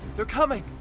they're coming!